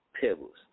Pebbles